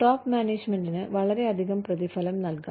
top മാനേജ്മെന്റിന് വളരെയധികം പ്രതിഫലം നൽകാം